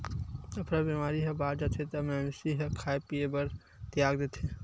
अफरा बेमारी ह बाड़ जाथे त मवेशी ह खाए पिए बर तियाग देथे